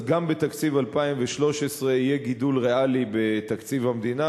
אז גם בתקציב 2013 יהיה גידול ריאלי בתקציב המדינה,